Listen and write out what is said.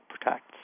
protects